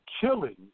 killing